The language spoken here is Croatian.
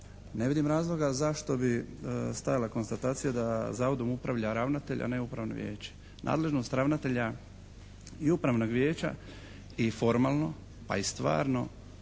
ne vidim razloga zašto bi stajala konstatacija da zavodom upravlja ravnatelj, a ne upravno vijeće. Nadležnost ravnatelja i upravnog vijeća i formalno, pa i stvarno